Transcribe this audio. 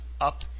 up